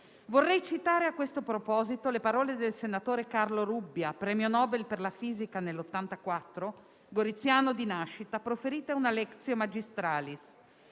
Vorrei citare, a questo proposito, le parole del senatore Carlo Rubbia, premio Nobel per la fisica nel 1984, goriziano di nascita, proferite in una *lectio magistralis*: